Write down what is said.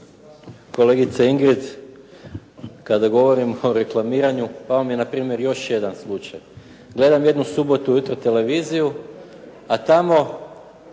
Kolegice Ingrid, kada govorim o reklamiranju pao mi je na primjer još jedan slučaj. Gledam jednu subotu u jutro televiziju, a tamo